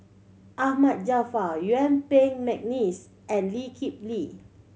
Ahmad Jaafar Yuen Peng McNeice and Lee Kip Lee